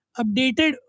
updated